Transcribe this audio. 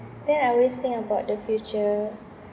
then I always think about the future